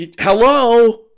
Hello